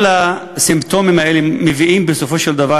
כל הסימפטומים האלה מביאים בסופו של דבר,